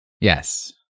Yes